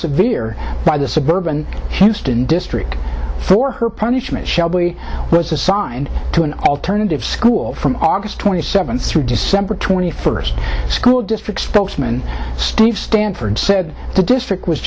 severe by the suburban houston district for her punishment was assigned to an alternative school from august twenty seventh through december twenty first school district spokesman steve and for it said the district was